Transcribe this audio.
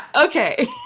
Okay